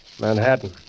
Manhattan